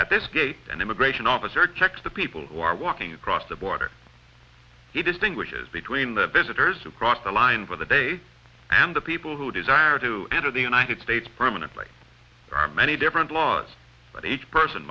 at this gate an immigration officer checks the people who are walking across the border he distinguishes between the visitors who cross the line for the day and the people who desire to enter the united states permanently there are many different laws but each person